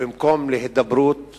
במקום בהידברות